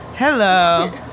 Hello